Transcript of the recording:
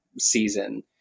season